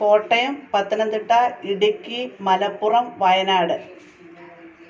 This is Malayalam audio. കോട്ടയം പത്തനംതിട്ട ഇടുക്കി മലപ്പുറം വയനാട്